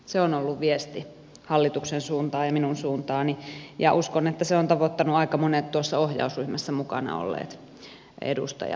se on ollut viesti hallituksen suuntaan ja minun suuntaani ja uskon että se on tavoittanut aika monet tuossa ohjausryhmässä mukana olleet edustajat myöskin